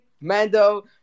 Mando